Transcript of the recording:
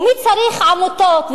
ומי צריך עמותות,